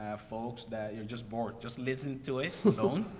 ah folks that you're just bored, just listening to it alone,